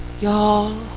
Y'all